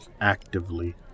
actively